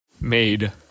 made